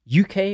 UK